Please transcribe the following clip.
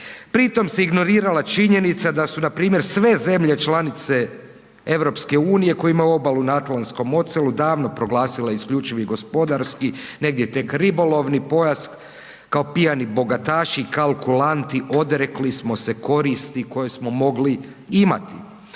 pri tom se ignorirala činjenica da su npr. sve zemlje članice EU koje imaju obalu na Atlantskom oceanu davno proglasile isključivi gospodarski, tek negdje ribolovni, pojas kao pijani bogataši, kalkulanti, odrekli smo se koristi koje smo mogli imati.